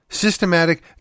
Systematic